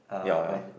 ya